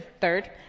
third